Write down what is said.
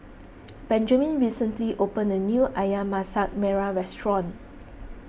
Benjaman recently opened a new Ayam Masak Merah Restaurant